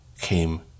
came